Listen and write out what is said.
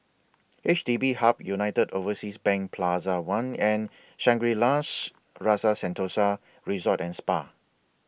H D B Hub United Overseas Bank Plaza one and Shangri La's Rasa Sentosa Resort and Spa